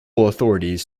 authorities